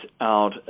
out